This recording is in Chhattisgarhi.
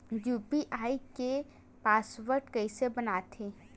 यू.पी.आई के पासवर्ड कइसे बनाथे?